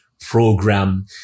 program